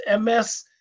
MS